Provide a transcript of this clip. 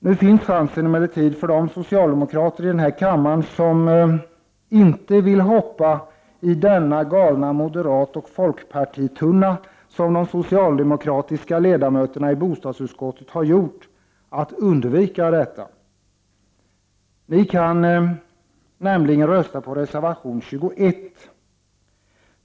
Nu finns chansen för de socialdemokrater i denna kammare som inte vill hoppa i denna galna moderatoch folkpartitunna såsom de socialdemokratiska ledamöterna i bostadsutskottet har gjort, att undvika detta. Ni kan nämligen rösta på reservation 21.